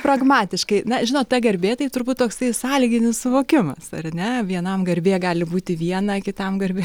pragmatiškai na žinot ta garbė tai turbūt toks sąlyginis suvokimas ar ne vienam garbė gali būti viena kitam garbė